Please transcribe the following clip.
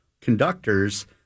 conductors